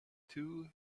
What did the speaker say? too